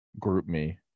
GroupMe